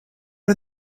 are